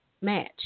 match